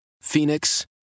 Phoenix